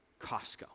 Costco